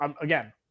Again